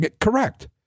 Correct